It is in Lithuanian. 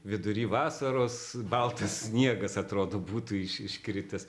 vidury vasaros baltas sniegas atrodo būtų iš iškritęs